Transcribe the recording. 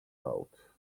out